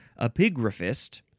Epigraphist